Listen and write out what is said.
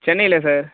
சென்னையில சார்